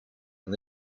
mon